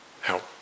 help